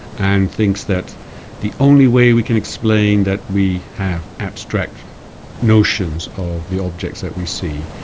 and thinks that the only way we can explain that we have abstract notions of the objects that we see,